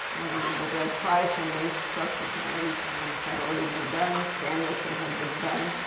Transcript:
one of the nobel prize winners, subsequently had already been done. samuelson had been done.